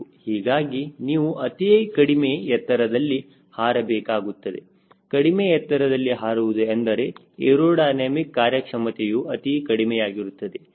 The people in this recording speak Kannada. ಹೀಗಾಗಿ ನೀವು ಅತಿ ಕಡಿಮೆ ಎತ್ತರದಲ್ಲಿ ಹಾರಬೇಕಾಗುತ್ತದೆ ಕಡಿಮೆ ಎತ್ತರದಲ್ಲಿ ಹಾರುವುದು ಎಂದರೆ ಏರೋಡೈನಮಿಕ್ ಕಾರ್ಯಕ್ಷಮತೆಯು ಅತಿ ಕಡಿಮೆಯಾಗಿರುತ್ತದೆ